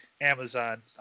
Amazon